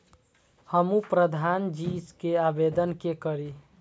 हमू प्रधान जी के आवेदन के करी?